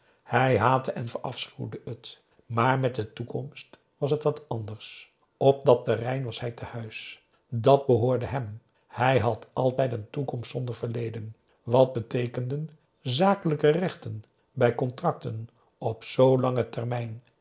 hij haatte en verafschuwde het maar met de toekomst was het wat anders op dat terrein was hij tehuis dàt behoorde hem hij had altijd een toekomst zonder verleden wat beteekenden zakelijke rechten bij contracten op zoo langen termijn